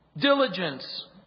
Diligence